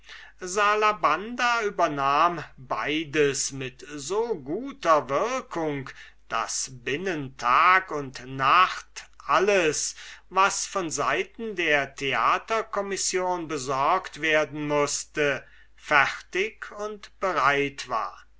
salabanda übernahm beides mit so guter wirkung daß binnen tag und nacht alles was von seiten der theatercommission besorgt werden mußte fertig und bereit war